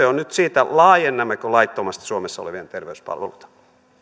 on nyt siitä laajennammeko laittomasti suomessa olevien terveyspalveluita